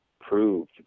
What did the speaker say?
proved